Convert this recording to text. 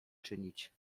czynić